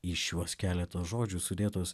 į šiuos keletą žodžių sudėtos